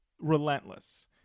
relentless